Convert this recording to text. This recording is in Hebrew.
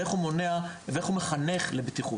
ואיך הוא מונע ואיך הוא מחנך לבטיחות,